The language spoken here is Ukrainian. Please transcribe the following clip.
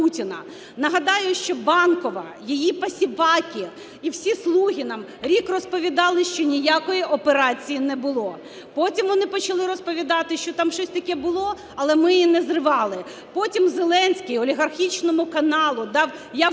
Нагадаю, що Банкова, її посіпаки і всі "слуги" нам рік розповідали, що ніякої операції не було. Потім вони почали розповідати, що там щось таке було, але ми її не зривали. Потім Зеленський олігархічному каналу дав явку